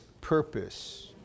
purpose